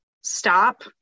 stop